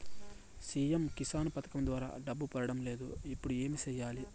CM Kisan పథకం ద్వారా డబ్బు పడడం లేదు ఇప్పుడు ఏమి సేయాలి